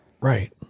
Right